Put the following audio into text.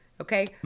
Okay